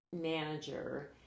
manager